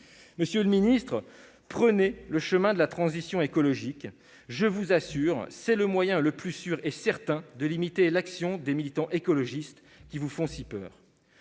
Monsieur le ministre, prenez le chemin de la transition écologique. Je vous le garantis : c'est le moyen le plus sûr de limiter l'action des militants écologistes, qui vous font si peur.